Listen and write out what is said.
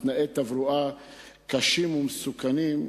תנאי תברואה קשים ומסוכנים,